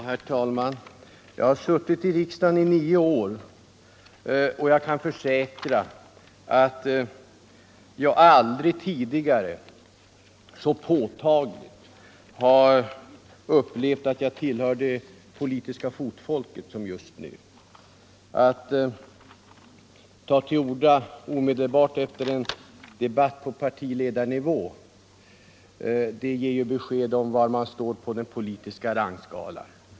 Herr talman! Jag har suttit i riksdagen i nio år, och jag kan försäkra att jag aldrig tidigare så påtagligt som nu har upplevt att jag tillhör det politiska fotfolket. Att ta till orda omedelbart efter en debatt på partiledarnivå ger besked om var man står på den politiska rangskalan.